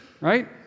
right